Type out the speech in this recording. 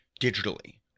digitally